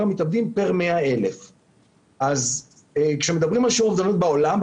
המתאבדים פר 100,000. אז כשמדברים על שיעור אובדנות בעולם,